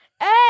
Hey